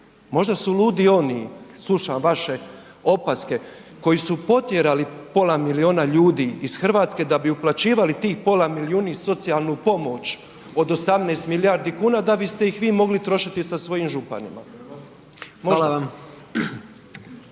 možda su ludi oni, slušam vaše opaske koji su potjerali pola milijuna ljudi iz Hrvatske da bi uplaćivali tih pola milijuna socijalnu pomoć od 18 milijardi kuna da bi ste ih vi mogli trošiti sa svojim županima.